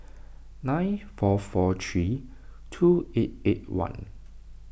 nine four four three two eight eight one